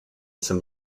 some